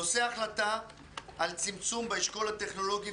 לגבי ההחלטה על צמצום באשכול הטכנולוגי,